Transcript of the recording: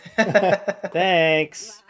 thanks